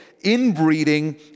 inbreeding